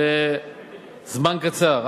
לפני זמן קצר,